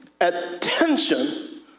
Attention